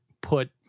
put